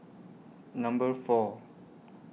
Number four